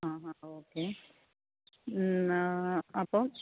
ആ ആ ഓക്കെ അപ്പോൾ